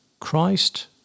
Christ